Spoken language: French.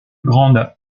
grandes